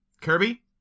Kirby